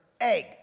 egg